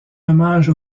hommage